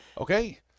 Okay